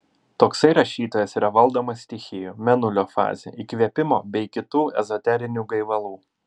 toksai rašytojas yra valdomas stichijų mėnulio fazių įkvėpimo bei kitų ezoterinių gaivalų